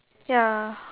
ya